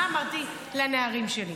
מה אמרתי לנערים שלי?